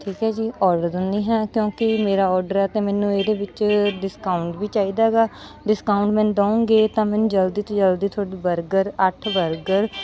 ਠੀਕ ਹੈ ਜੀ ਔਡਰ ਦਿੰਦੀ ਹਾਂ ਕਿਉਂਕਿ ਮੇਰਾ ਔਡਰ ਹੈ ਅਤੇ ਮੈਨੂੰ ਇਹਦੇ ਵਿਚ ਡਿਸਕਾਉਟ ਵੀ ਚਾਹੀਦਾ ਹੈਗਾ ਡਿਸਕਾਉਟ ਮੈਨੂੰ ਦਿਓਗੇ ਤਾਂ ਮੈਨੂੰ ਜਲਦੀ ਤੋਂ ਜਲਦੀ ਤੁਹਾਡਾ ਬਰਗਰ ਅੱਠ ਬਰਗਰ